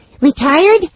retired